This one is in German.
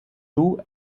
two